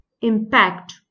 impact